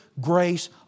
grace